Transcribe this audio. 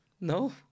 No